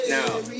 Now